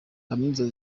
kaminuza